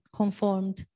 conformed